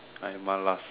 I malas